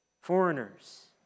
Foreigners